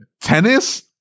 tennis